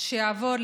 שיעבור,